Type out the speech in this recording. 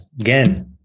again